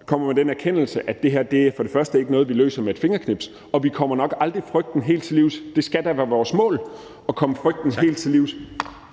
og kommer med den erkendelse, at det her for det første ikke er noget, vi løser med et fingerknips, og vi for det andet nok aldrig kommer frygten helt til livs. Det skal da være vores mål at komme frygten helt til livs.